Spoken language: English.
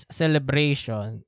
celebration